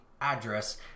address